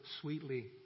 sweetly